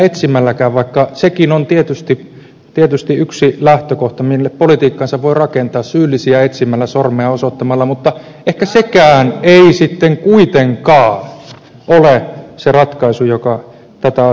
ja vaikka sekin on tietysti on yksi lähtökohta mille politiikkansa voi rakentaa syyllisiä etsimällä sormea osoittamalla niin ehkä sekään ei sitten kuitenkaan ole se ratkaisu joka tätä asiaa eteenpäin veisi